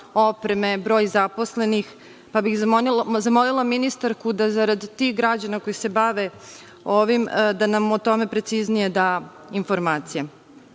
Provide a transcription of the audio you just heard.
opreme, broj zaposlenih, pa bih zamolila ministarku da zarad tih građana koji se bave ovim da nam o tome preciznije da informacije. Stav